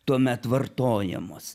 tuomet vartojamos